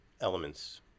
elements